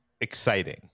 exciting